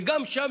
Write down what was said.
וגם שם,